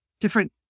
different